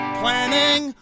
planning